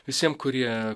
visiem kurie